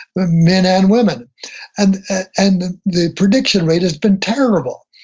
the men and women and and the prediction rate has been terrible.